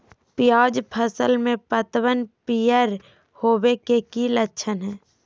प्याज फसल में पतबन पियर होवे के की लक्षण हय?